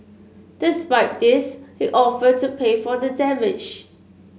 despite this he offered to pay for the damage